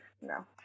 no